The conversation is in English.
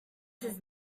his